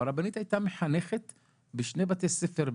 הרבנית הייתה מחנכת בשני בתי ספר,